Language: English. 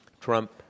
Trump